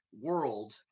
world